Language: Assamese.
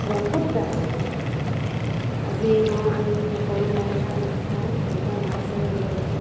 বহুত ডাঙৰ মাছ আজি মই আমি সকলো মহিলা গোট খাই এনেকে মাছ ধৰিবলৈ যাওঁ